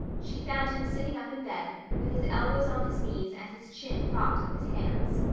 she found him sitting up in bed, with his elbows on his knees and his chin propped on his hands.